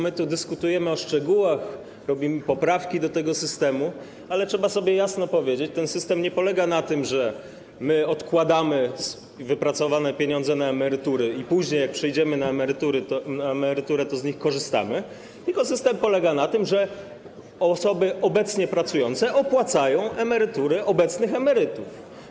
My tu dyskutujemy o szczegółach, robimy poprawki do tego systemu, ale trzeba sobie jasno powiedzieć, że ten system nie polega na tym, że odkładamy wypracowane pieniądze na emeryturę i później, jak przejdziemy na emeryturę, to z nich korzystamy, tylko polega na tym, że osoby obecnie pracujące opłacają emerytury obecnych emerytów.